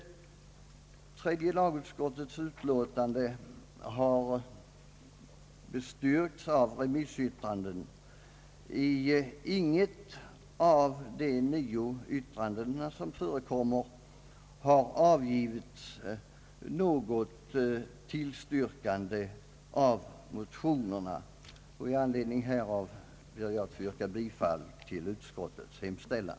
Tredje lagutskottets utlåtande styrkes av remissyttrandena — inte i något Ang. bidragsgivning till skogsbilvägar av de nio yttranden som avgetts har motionerna tillstyrkts. Med anledning härav ber jag att få yrka bifall till utskottets hemställan.